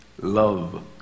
love